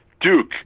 Duke